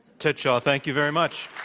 ted shaw. thank you very much.